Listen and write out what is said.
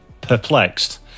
perplexed